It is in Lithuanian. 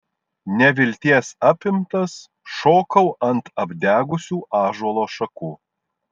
nevilties apimtas šokau ant apdegusių ąžuolo šakų